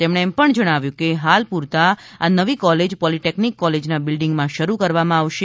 તેમણે જણાવ્યું કે હાલ પૂરતા આ નવી કોલેજ પોલીટેક્નિક કોલેજના બિલ્ડીંગમાં શરૂ કરવામાં આવશે